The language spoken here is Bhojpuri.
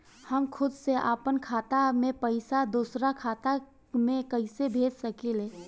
हम खुद से अपना खाता से पइसा दूसरा खाता में कइसे भेज सकी ले?